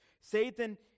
Satan